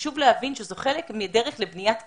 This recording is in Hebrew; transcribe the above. צריך להבין שזה חלק מדרך לבניית קהילה,